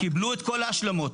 קיבלו את כל ההשלמות.